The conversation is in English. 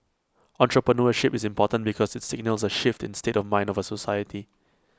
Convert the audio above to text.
entrepreneurship is important because IT signals A shift in state of mind of A society